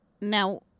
Now